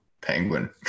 penguin